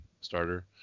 starter